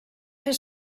fer